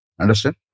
Understand